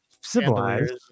civilized